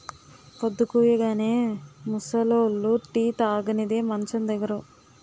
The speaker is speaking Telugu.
పొద్దుకూయగానే ముసలోళ్లు టీ తాగనిదే మంచం దిగరు